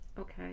Okay